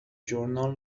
journal